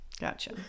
Gotcha